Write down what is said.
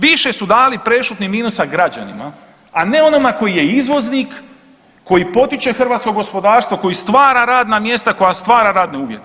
Više su dali prešutnih minusa građanima, a ne onome koji je izvoznik koji potiče hrvatsko gospodarstvo, koji stvara radna mjesta, koja stvara radne uvjete.